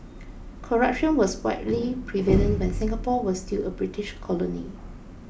corruption was widely prevalent when Singapore was still a British colony